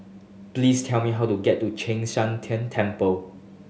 please tell me how to get to Chek Sian Tng Temple